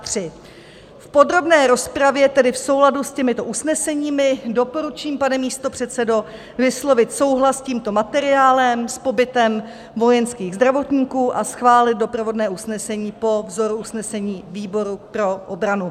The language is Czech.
V podrobné rozpravě tedy v souladu s těmito usneseními doporučím, pane místopředsedo, vyslovit souhlas s tímto materiálem, s pobytem vojenských zdravotníků, a schválit doprovodné usnesení po vzoru usnesení výboru pro obranu.